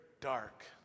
dark